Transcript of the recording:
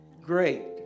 great